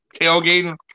tailgating